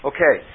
Okay